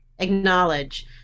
acknowledge